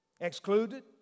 Excluded